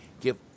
Give